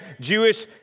Jewish